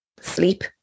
sleep